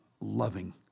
loving